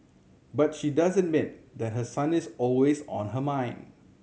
but she does admit that her son is always on her mind